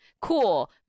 Cool